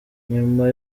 nyuma